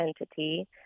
entity